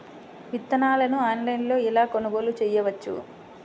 విత్తనాలను ఆన్లైనులో ఎలా కొనుగోలు చేయవచ్చు?